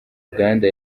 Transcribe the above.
uganda